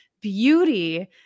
beauty